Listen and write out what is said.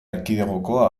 erkidegoko